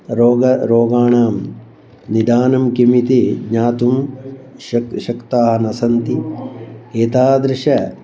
रोग रोगाणां निदानं किम् इति ज्ञातुं शक् शक्ताः न सन्ति एतादृशम्